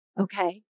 okay